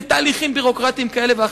בתהליכים ביורוקרטיים כאלה ואחרים.